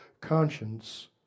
conscience